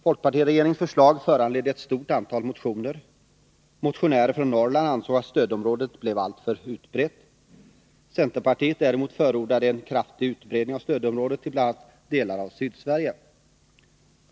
Folkpartiregeringens förslag föranledde ett stort antal motioner. Motionärer från Norrland ansåg att stödområdet blev alltför utbrett. Centerpartiet däremot förordade en kraftig utbredning av stödområdet till bl.a. delar av Sydsverige.